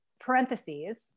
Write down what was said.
parentheses